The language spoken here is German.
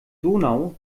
donau